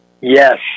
Yes